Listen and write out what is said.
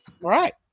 Right